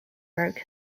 broke